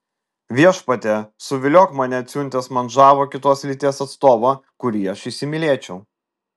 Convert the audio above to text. viešpatie suviliok mane atsiuntęs man žavų kitos lyties atstovą kurį aš įsimylėčiau